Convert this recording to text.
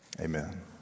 amen